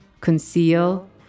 conceal